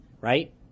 right